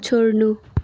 छोड्नु